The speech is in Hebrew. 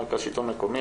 מרכז השלטון המקומי,